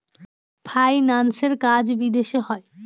ফাইন্যান্সের কাজ বিদেশে হয়